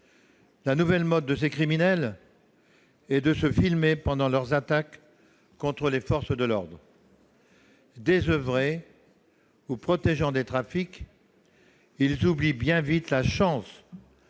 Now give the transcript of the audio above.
La nouvelle mode de ces criminels est de se filmer pendant leurs attaques contre les forces de l'ordre. Désoeuvrés ou protégeant des trafics, ils oublient bien vite la chance